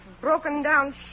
broken-down